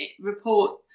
report